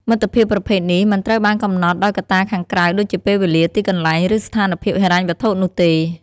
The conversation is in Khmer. មិត្តភាពប្រភេទនេះមិនត្រូវបានកំណត់ដោយកត្តាខាងក្រៅដូចជាពេលវេលា ទីកន្លែង ឬស្ថានភាពហិរញ្ញវត្ថុនោះទេ។